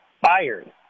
fired